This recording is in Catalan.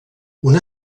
una